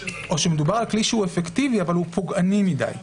או שמדובר על כלי שהוא אפקטיבי אבל הוא פוגעני מדי.